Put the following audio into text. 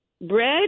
Bread